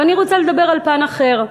ואני רוצה לדבר על פן אחר.